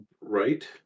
Right